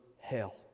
hell